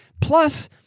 Plus